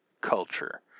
culture